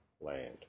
land